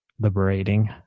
liberating